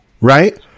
Right